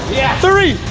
three,